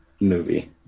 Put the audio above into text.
movie